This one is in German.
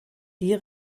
die